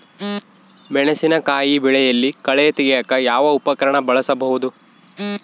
ಮೆಣಸಿನಕಾಯಿ ಬೆಳೆಯಲ್ಲಿ ಕಳೆ ತೆಗಿಯಾಕ ಯಾವ ಉಪಕರಣ ಬಳಸಬಹುದು?